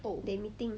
oh